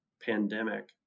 pandemic